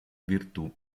virtù